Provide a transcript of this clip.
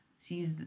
sees